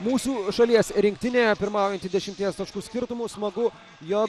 mūsų šalies rinktinė pirmaujanti dvidešimties taškų skirtumu smagu jog